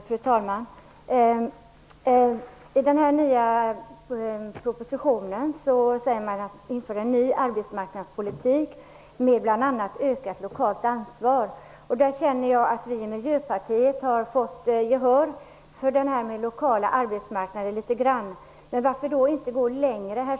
Fru talman! I den här nya propositionen talas det om en ny arbetsmarknadspolitik med bl.a. ett ökat lokalt ansvar. Jag känner att vi i Miljöpartiet litet grand har fått gehör för det här med den lokala arbetsmarknaden. Men varför inte gå längre?